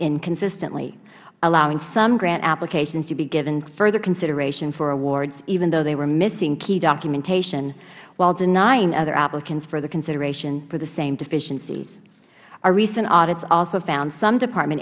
inconsistently allowing some grant applications to be given further consideration for awards even though they were missing key documentation while denying other applicants further consideration for the same deficiencies our recent audits also found that some department